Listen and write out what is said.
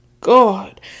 God